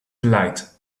delight